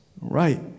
right